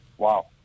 Wow